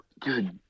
Good